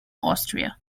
austria